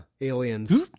aliens